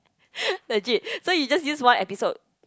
legit so you just use one episode